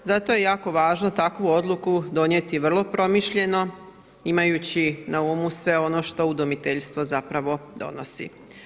Zato je jako važno takvu odluku donijeti vrlo promišljeno imajući na umu sve ono što udomiteljstvo zapravo donosi.